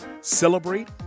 celebrate